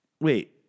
Wait